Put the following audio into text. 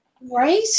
Right